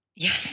Yes